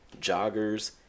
joggers